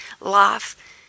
life